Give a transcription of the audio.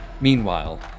Meanwhile